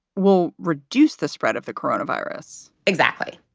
we'll reduce the spread of the corona virus. exactly.